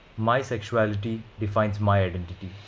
my sexuality defines my identity